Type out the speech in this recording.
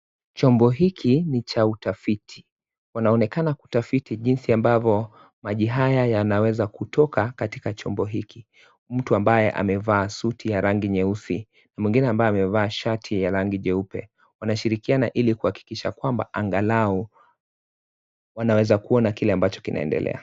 Chombo hiki ni cha utafiti. Wanaonekana kutafiti jinsi ambavyo maji haya yanaweza kutoka katika chombo hiki. Mtu ambaye amevaa suti ya rangi nyeusi na mwingine ambaye amevaa shati ya rangi jeupe washirikiana ili kuhahakikisha kwamba angalau wanaweza kuona kile ambacho kinaendelea.